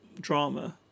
drama